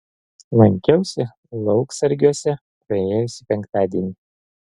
lankiausi lauksargiuose praėjusį penktadienį